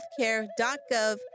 healthcare.gov